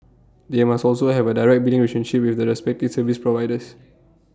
they must also have A direct billing relationship with the respective service providers